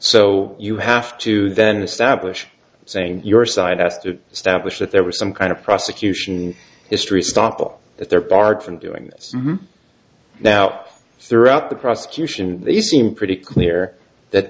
so you have to then establish saying your side has to establish that there was some kind of prosecution history stoppel that they are barred from doing this now throughout the prosecution they seem pretty clear that